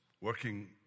working